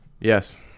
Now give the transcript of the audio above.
Yes